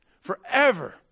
forever